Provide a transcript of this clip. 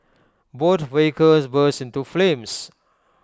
both vehicles burst into flames